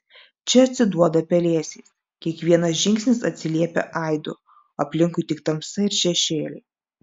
čia atsiduoda pelėsiais kiekvienas žingsnis atsiliepia aidu aplinkui tik tamsa ir šešėliai